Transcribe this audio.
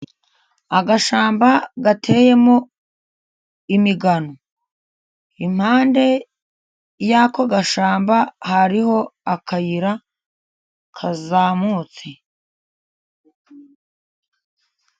Agashamba gateyemo imigano impande y'ako gashamba hariho akayira kazamutse.